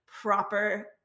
proper